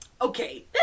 okay